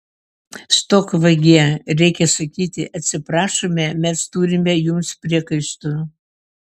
stok vagie reikia sakyti atsiprašome mes turime jums priekaištų